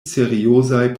seriozaj